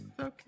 Okay